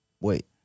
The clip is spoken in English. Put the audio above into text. wait